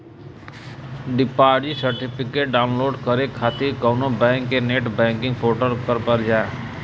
deposit certificate download करे खातिर कउनो बैंक के नेट बैंकिंग पोर्टल पर जा